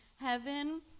heaven